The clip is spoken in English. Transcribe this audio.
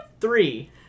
Three